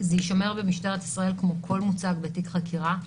זה יישמר במשטרת ישראל כמו כל מוצג בתיק חקירה.